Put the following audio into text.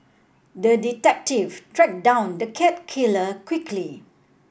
the detective tracked down the cat killer quickly